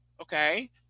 okay